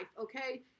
okay